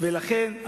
לכן,